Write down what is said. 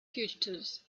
fugitives